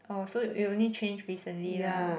oh so it only changed recently lah